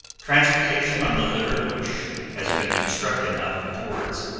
transportation on the litter, which has been constructed out of boards,